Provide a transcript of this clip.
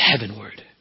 heavenward